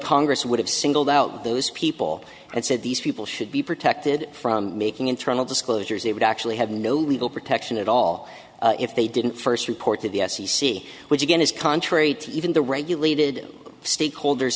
congress would have singled out those people and said these people should be protected from making internal disclosures they would actually have no legal protection at all if they didn't first report to the f c c which again is contrary to even the regulated stakeholders